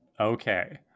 Okay